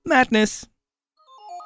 Madness